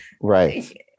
right